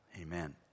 amen